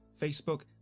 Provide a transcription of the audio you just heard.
Facebook